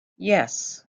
yes